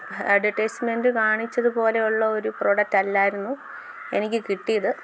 advertisement കാണിച്ചത് പോലെയുള്ളൊരു പ്രോഡക്റ്റല്ലായിരുന്നു എനിക്ക് കിട്ടിയത്